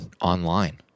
online